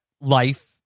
life